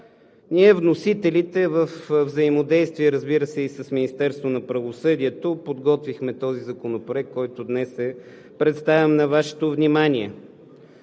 ние вносителите във взаимодействие, разбира се, с Министерството на правосъдието подготвихме този законопроект, който днес е представен на Вашето внимание.